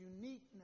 uniqueness